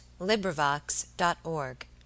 LibriVox.org